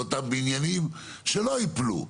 באותם בניינים שלא יפלו,